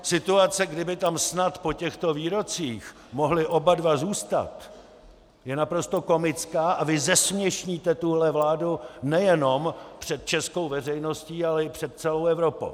Situace, kdy by tam snad po těchto výrocích mohli oba dva zůstat, je naprosto komická a vy zesměšníte tuhle vládu nejenom před českou veřejností, ale i před celou Evropou.